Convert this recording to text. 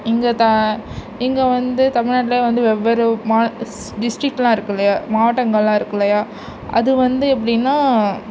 இங்கே இங்கே வந்து தமிழ்நாட்டிலே வந்து வெவ்வேறு மா டிஸ்டிக்கெலாம் இருக்குது இல்லையா மாவட்டங்களெலாம் இருக்குது இல்லையா அது வந்து எப்படின்னா